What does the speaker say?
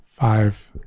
five